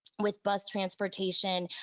with bus transportation,